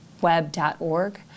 web.org